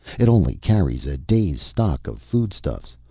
it only carries a day's stock of foodstuffs,